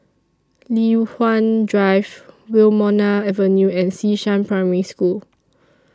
Li Hwan Drive Wilmonar Avenue and Xishan Primary School